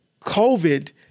COVID